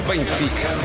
Benfica